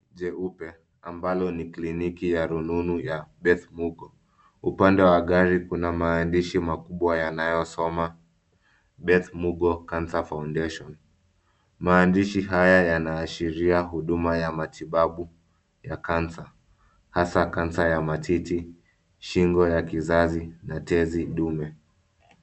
Jeupe ambayo ni kliniki ya rununu ya Beth Mugo. Upande wa gari kuna maandishi makubwa yanayosoma Beth Mugo cancer foundation . Mandishi haya yanaashiria huduma ya matibabu ya cancer , hasaa cancer ya matiti, shingo ya kizazi na tezi duni.